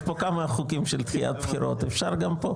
יש פה כמה חוקים של דחיית בחירות, אפשר גם פה.